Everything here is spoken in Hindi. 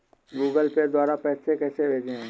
गूगल पे द्वारा पैसे कैसे भेजें?